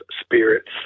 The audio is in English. Spirits